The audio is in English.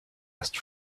asked